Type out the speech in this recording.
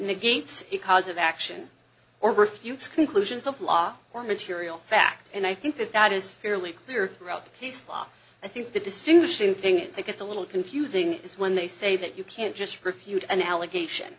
negates the cause of action or refutes conclusions of law or material fact and i think that that is fairly clear throughout the case i think the distinguishing thing it that gets a little confusing is when they say that you can't just refute an allegation